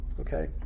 Okay